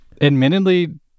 admittedly